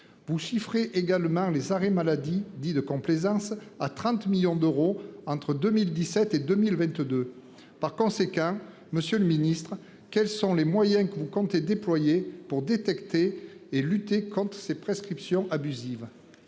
vous chiffrez également les arrêts maladie dits de complaisance à 30 millions d'euros entre 2017 et 2022. Par conséquent, Monsieur le Ministre, quels sont les moyens que vous comptez. Pour détecter et lutter contre ces prescriptions abusives.